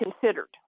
considered